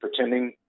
pretending